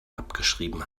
abgeschrieben